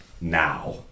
now